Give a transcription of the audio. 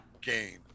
game